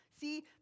See